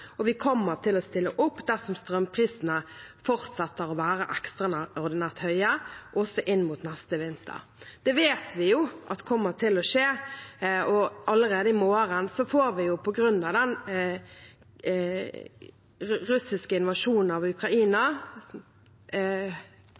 og vi kommer til å stille opp dersom strømprisene fortsetter å være ekstraordinært høye også inn mot neste vinter. Det vet vi jo at kommer til å skje. Allerede i morgen får vi på grunn av den russiske invasjonen av Ukraina